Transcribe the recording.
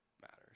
matters